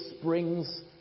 springs